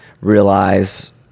realize